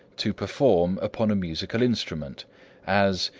to perform upon a musical instrument as,